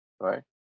right